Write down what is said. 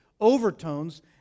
overtones